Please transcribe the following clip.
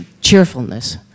cheerfulness